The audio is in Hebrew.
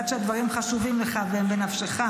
אני יודעת שהדברים חשובים לך והם בנפשך,